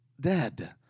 dead